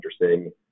interesting